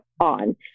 on